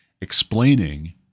explaining